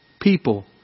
people